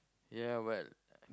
ya but